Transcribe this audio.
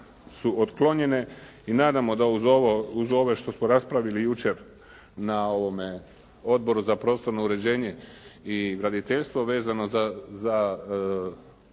su otklonjene i nadamo se da uz ove što smo raspravili jučer na Odboru za prostorno uređenje i graditeljstvo vezano za